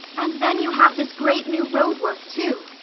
and then you have this great new road-work, too.